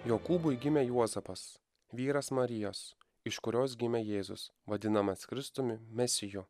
jokūbui gimė juozapas vyras marijos iš kurios gimė jėzus vadinamas kristumi mesiju